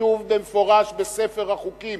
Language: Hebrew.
כתוב במפורש בספר החוקים.